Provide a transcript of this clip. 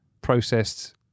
processed